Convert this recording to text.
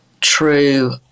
true